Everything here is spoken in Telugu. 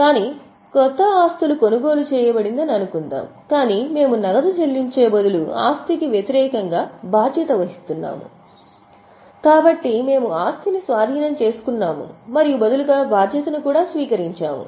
కానీ క్రొత్త ఆస్తులు కొనుగోలు చేయబడిందని అనుకుందాం కాని మేము నగదు చెల్లించే బదులు ఆస్తికి వ్యతిరేకంగా బాధ్యత వహిస్తున్నాము కాబట్టి మేము ఆస్తిని స్వాధీనం చేసుకుంటున్నాము మరియు బదులుగా బాధ్యతను కూడా తీసుకుంటున్నాము